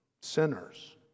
Sinners